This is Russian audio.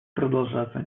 продолжаться